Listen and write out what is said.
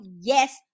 yes